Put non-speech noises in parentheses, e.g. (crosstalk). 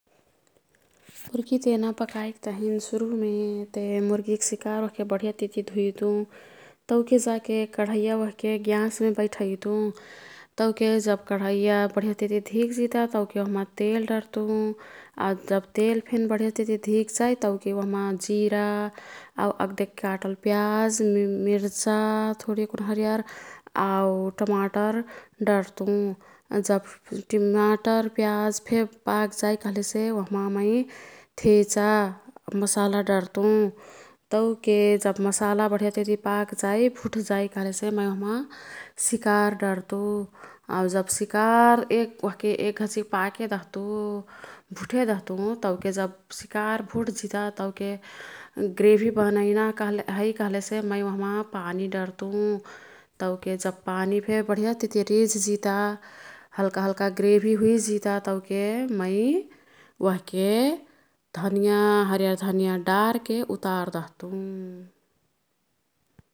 मुर्गी तेना पकाईकतहिन सुरुमेते मुर्गीक् सिकार ओह्के बढियतिती धुईतुं। तौके जाके कढैया ओह्के ग्याँसमे बैठईतुं। तौके जब कढैया बढियातिती धिक जिता तौके ओह्मा तेल डर्तु। आऊ जब तेल्फेन बढियतिती धिक जाई तौके ओह्मा जिरा आऊ अग्देक काटल (hesitation) प्याज मिर्चा थोरी येकुन हरियर आऊ टमाटर डर्तु। जब (unintelligible) टिमाटर प्याजफे पाक् जाई कह्लेसे ओह्मा मै थेचा मसाला डर्तु। तौके जब मसाला बढियतिती पाक् जाई भुठ जाई कह्लेसे मैं ओह्मा सिकार डर्तु। आऊ जब सिकार (unintelligible) ओह्के एक् घचिकपाके दहतु, भुठे दह्तु। तौके जब सिकार भूठ जिता तौके ग्रेभी बनईना (unintelligible) है कह्लेसे मै ओह्मा पानी डर्तु। तौके जब पानीफे बढियातिती रिझ जिता हल्का हल्का ग्रेभी हुइजिता। तौके मैं ओह्के धनिया हरियर धनिया डारके उतार दह्तु।